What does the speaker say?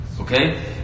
Okay